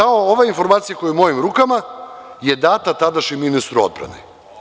Ova informacija koja je u mojim rukama je data tadašnjem ministru odbrane.